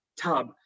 tub